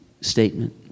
statement